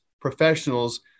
professionals